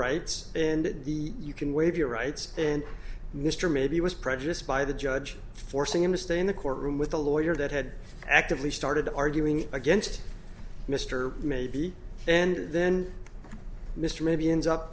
rights and the you can waive your rights and mr maybe was prejudiced by the judge forcing him to stay in the courtroom with a lawyer that had actively started arguing against mr maybe and then mr maybe ends up